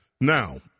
Now